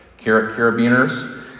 carabiners